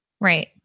Right